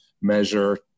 measure